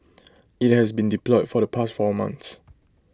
IT has been deployed for the past four months